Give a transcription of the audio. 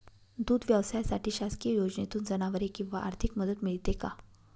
दूध व्यवसायासाठी शासकीय योजनेतून जनावरे किंवा आर्थिक मदत मिळते का?